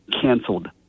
canceled